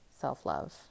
self-love